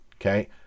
Okay